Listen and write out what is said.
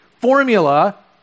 formula